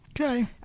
Okay